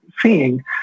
seeing